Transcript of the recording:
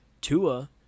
Tua